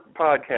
podcast